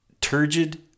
turgid